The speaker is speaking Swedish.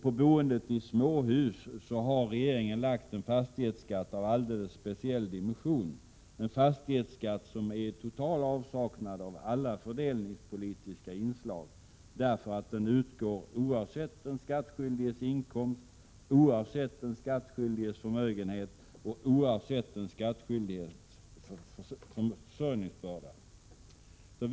På boendet i småhus har regeringen lagt en fastighetsskatt av alldeles speciell dimension, en fastighetsskatt som är totalt i avsaknad av alla fördelningspolitiska inslag, eftersom den utgår oavsett vilken inkomst, vilken förmögenhet och vilken försörjningsbörda den skattskyldige har.